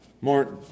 Martin